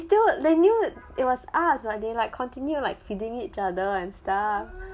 they still they knew it was us like they like continue feeding each other and stuff